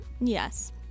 Yes